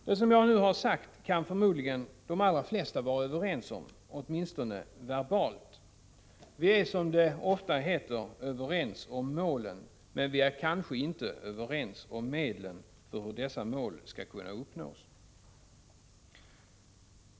Det som jag nu har sagt kan förmodligen de allra flesta vara överens om — åtminstone verbalt. Vi är, som det så ofta heter, överens om målen. Men vi är kanske inte överens om medlen, hur dessa mål skall kunna uppnås.